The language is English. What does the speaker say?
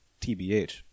tbh